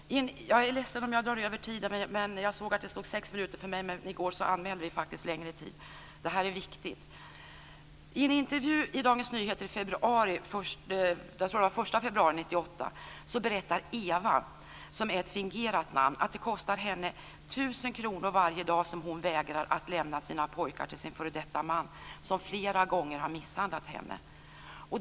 Jag är ledsen om jag drar över tiden. Jag ser att jag har fått sex minuter, men i går anmälde vi faktiskt längre tid. Det här är viktigt. berättar Eva, som är ett fingerat namn, att det kostar henne tusen kronor varje dag som hon vägrar att lämna sina pojkar till sin före detta man, som flera gånger har misshandlat henne.